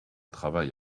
travail